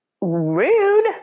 Rude